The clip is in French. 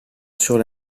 sur